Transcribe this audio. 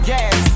Yes